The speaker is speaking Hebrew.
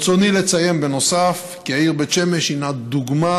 ברצוני לציין בנוסף כי העיר בית שמש היא דוגמה